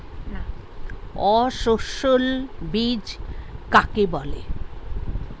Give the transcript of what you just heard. অসস্যল বীজ কাকে বলে?